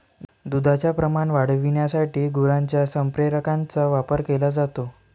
दुधाचे प्रमाण वाढविण्यासाठी गुरांच्या संप्रेरकांचा वापर केला जातो